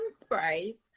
sprays